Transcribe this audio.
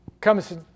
comes